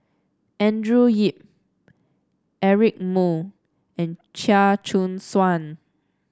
Andrew Yip Eric Moo and Chia Choo Suan